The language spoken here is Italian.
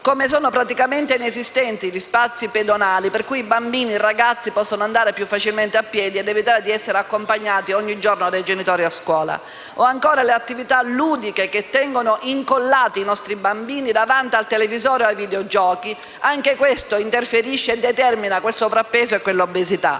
sono praticamente inesistenti gli spazi pedonali grazie ai quali bambini e ragazzi potrebbero andare più facilmente a scuola a piedi, evitando di essere accompagnati ogni giorno dai genitori. O, ancora, alle attività ludiche, che tengono incollati i nostri bambini davanti al televisore o ai videogiochi: anche questo interferisce e determina il sovrappeso e l'obesità.